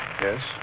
Yes